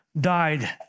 died